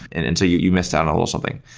and and you you missed out on something.